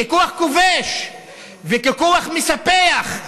ככוח כובש וככוח מספח,